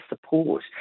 support